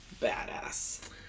badass